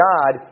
God